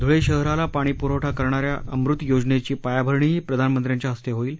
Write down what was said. धुळे शहराला पाणी पुरवठा करणा या अमृत योजनेची पायाभरणीही प्रधानमंत्र्यांच्या हस्ते होईल